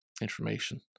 information